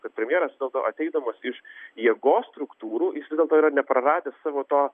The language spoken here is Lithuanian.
kad premjeras ateidamas iš jėgos struktūrų jis vis dėlto yra nepraradęs savo to